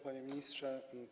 Panie Ministrze!